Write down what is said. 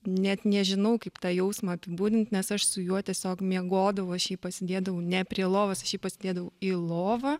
net nežinau kaip tą jausmą apibūdint nes aš su juo tiesiog miegodavau aš jį pasidėdavau ne prie lovos pasidėdavau į lovą